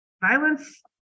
Violence